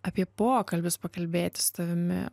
apie pokalbius pakalbėti su tavimi